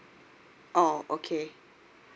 oh okay